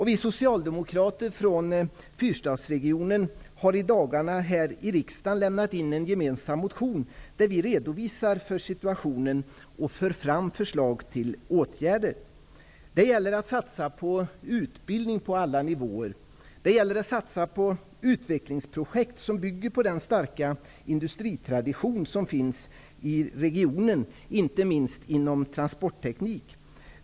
Vi socialdemokrater från fyrstadsregionen har i dagarna här i riksdagen lämnat in en gemensam motion, där vi redovisar situationen och för fram förslag till åtgärder. Det gäller att satsa på utbildning på alla nivåer. Det gäller att satsa på utvecklingsprojekt som bygger på den starka industritradition som finns i regionen, inte minst inom transportteknik.